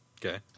Okay